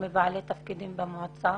מבעלי תפקידים במועצה